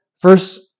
First